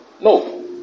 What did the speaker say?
No